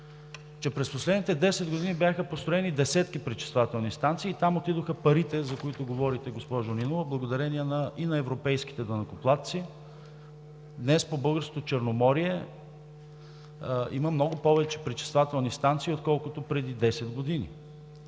че през последните 10 години бяха построени десетки пречиствателни станции и там отидоха парите, за които говорите, госпожо Нинова. Благодарение и на европейските данъкоплатци днес по Българското Черноморие има много повече пречиствателни станции, отколкото преди 10 години.